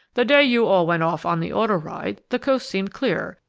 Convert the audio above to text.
the day you all went off on the auto ride the coast seemed clear,